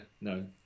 no